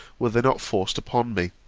were they not forced upon me.